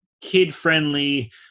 kid-friendly